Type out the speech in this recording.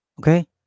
Okay